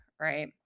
right